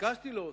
ביקשתי להוסיף: